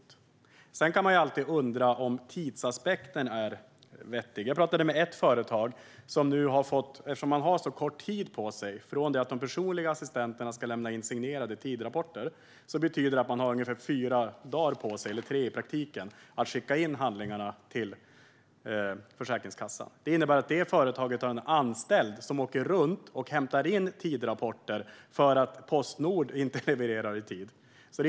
Sedan kan man alltid undra om tidsaspekten är vettig. Jag pratade med ett företag. Eftersom man har så kort tid på sig från det att de personliga assistenterna ska lämna in signerade tidrapporter betyder det att man har ungefär fyra dagar på sig, eller tre i praktiken, att skicka in handlingarna till Försäkringskassan. Det innebär att det företaget har en anställd som åker runt och hämtar in tidrapporter därför att Postnord inte levererar i tid.